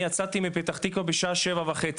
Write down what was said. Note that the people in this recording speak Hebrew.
אני יצאתי מפתח תקווה בשעה 07:30